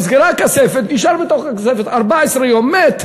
נסגרה הכספת, נשאר בתוך הכספת 14 יום, מת.